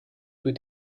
with